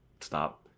stop